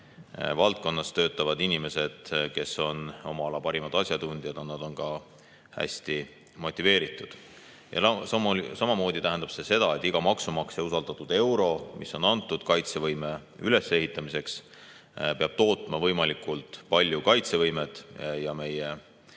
kaitsevaldkonnas töötavad inimesed, kes on oma ala parimad asjatundjad, aga nad on ka hästi motiveeritud. Samamoodi tähendab see seda, et iga maksumaksja usaldatud euro, mis on antud kaitsevõime ülesehitamiseks, peab tootma võimalikult palju kaitsevõimet. Samamoodi